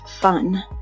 fun